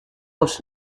was